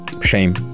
Shame